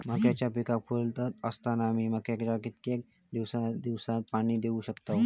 मक्याचो पीक फुलोऱ्यात असताना मी मक्याक कितक्या दिवसात पाणी देऊक शकताव?